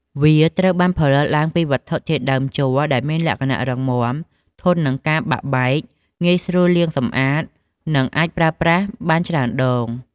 វាត្រូវបានផលិតឡើងពីវត្ថុធាតុជ័រដែលមានលក្ខណៈរឹងមាំ ធន់នឹងការបាក់បែក ងាយស្រួលលាងសម្អាត និងអាចប្រើប្រាស់បានច្រើនដង។